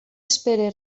espere